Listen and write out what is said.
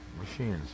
machines